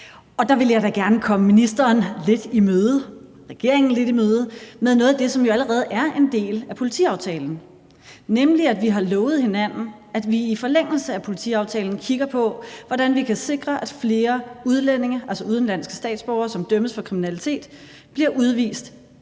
Og der vil jeg da gerne komme ministeren og regeringen lidt i møde med noget af det, som jo allerede er en del af politiaftalen, nemlig at vi har lovet hinanden, at vi i forlængelse af politiaftalen kigger på, hvordan vi kan sikre, at flere udlændinge, altså udenlandske statsborgere, som dømmes for kriminalitet, bliver udvist